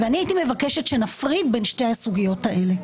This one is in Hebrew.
אני הייתי מבקשת שנפריד בין שתי הסוגיות האלה.